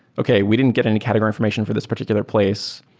okay, we didn't get any category information for this particular place.